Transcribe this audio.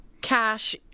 cash